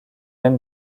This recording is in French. même